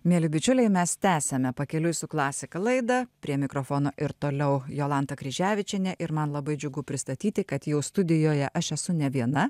mieli bičiuliai mes tęsiame pakeliui su klasika laidą prie mikrofono ir toliau jolanta kryževičienė ir man labai džiugu pristatyti kad jau studijoje aš esu ne viena